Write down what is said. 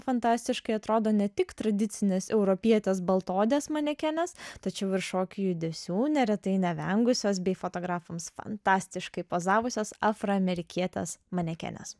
fantastiškai atrodo ne tik tradicinės europietės baltaodės manekenės tačiau ir šokių judesių neretai nevengusios bei fotografams fantastiškai pozavusios afroamerikietės manekenės